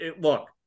look